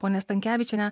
ponia stankevičienė